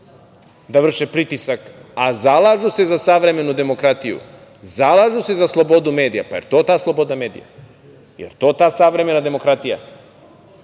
da vrše pritisak, a zalažu se za savremenu demokratiju, zalažu se za slobodu medija. Pa da li je to ta sloboda medija? Da li je to ta savremena demokratija,